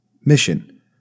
Mission